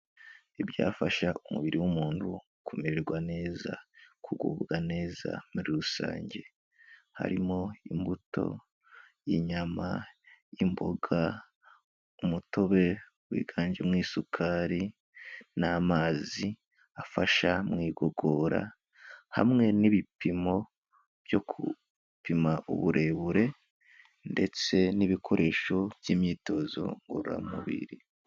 Ibyafasha umubiri w'umuntu kumererwa neza, kugubwa neza muri rusange, harimo imbuto, inyama, imboga, umutobe wiganjemo isukari n'amazi afasha mu igogora hamwe n'ibipimo byo gupima uburebure ndetse n'ibikoresho by'imyitozo ngororamubiri.